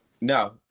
no